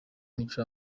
mico